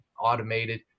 automated